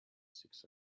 six